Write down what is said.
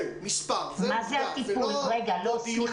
זהו, מספר, עובדה, לא דיונים.